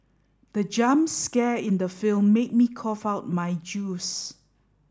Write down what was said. the jump scare in the film made me cough out my juice